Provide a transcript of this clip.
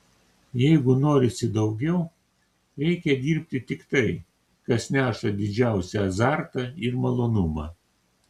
jeigu norisi daugiau reikia dirbti tik tai kas neša didžiausią azartą ir malonumą